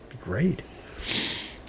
Great